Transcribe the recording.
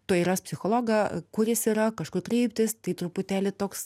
tuoj ras psichologą kur jis yra kažkur kreiptis tai truputėlį toks